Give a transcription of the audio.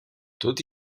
tot